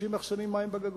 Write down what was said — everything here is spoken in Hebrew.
אנשים מאחסנים מים בגגות.